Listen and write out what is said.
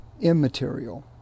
immaterial